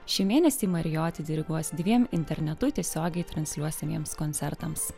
šį mėnesį marioti diriguos dviem internetu tiesiogiai transliuosimiems koncertams